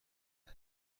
زنه